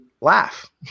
laugh